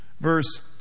verse